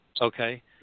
okay